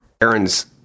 Aaron's